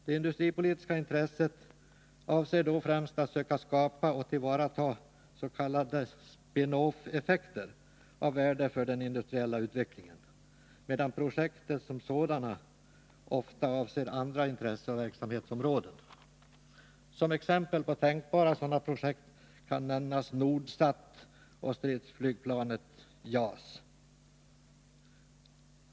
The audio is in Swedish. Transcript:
Det industripolitiska intresset avser då främst att söka skapa och tillvarata s.k. spin off-effekter av värde för den industriella utvecklingen, medan projekten som sådana ofta avser andra intresseoch verksamhetsområden. Som exempel på tänkbara sådana projekt kan nämnas Nordsat och stridsflygplanet JAS.